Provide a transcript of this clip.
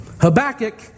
Habakkuk